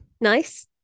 Nice